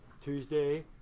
Tuesday